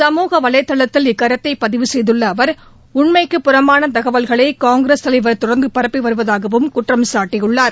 சமூக வலைதளத்தில் இக்கருத்தை பதிவு செய்துள்ள அவர் உண்மைக்குப் புறம்பான தகவல்களை காங்கிரஸ் தலைவர் தொடர்ந்து பரப்பி வருவதாக குற்றம்சாட்டியுள்ளார்